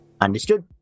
Understood